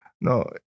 No